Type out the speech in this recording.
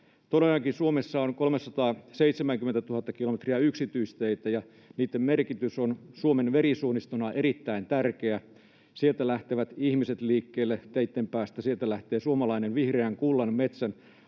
Todellakin Suomessa on 370 000 kilometriä yksityisteitä, ja niitten merkitys on Suomen verisuonistona erittäin tärkeä. Sieltä lähtevät ihmiset liikkeelle teitten päästä, sieltä lähtevät suomalaisen vihreän kullan, metsän,